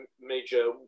major